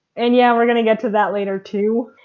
and yeah we're gonna get to that later too.